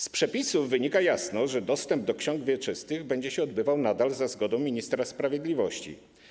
Z przepisów wynika jasno, że dostęp do ksiąg wieczystych będzie się odbywał nadal za zgodą ministra sprawiedliwości.